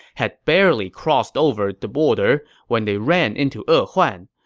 had barely crossed over the border when they ran into e huan.